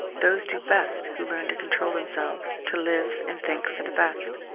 those do best who learn to control themselves, to live and think for the best.